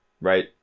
right